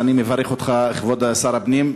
אז אני מברך אותך, כבוד שר הפנים.